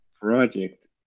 project